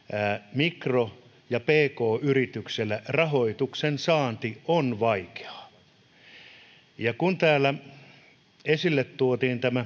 mikro ja pk yrityksellä rahoituksen saanti on vaikeaa kun täällä esille tuotiin tämä